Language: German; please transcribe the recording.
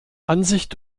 ansicht